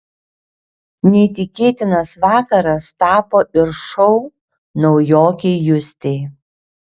neįtikėtinas vakaras tapo ir šou naujokei justei